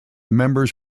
members